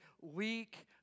weak